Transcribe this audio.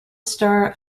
star